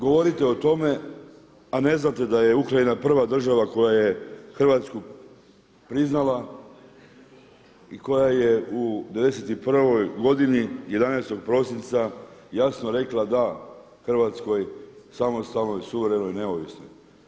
Govorite o tome, a ne znate da je Ukrajina prva država koja je Hrvatsku priznala i koja je u '91. godini 11. prosinca jasno rekla da hrvatskoj samostalnoj suverenoj neovisnoj.